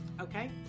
okay